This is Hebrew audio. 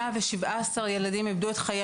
מניעת טביעה של ילדים ובני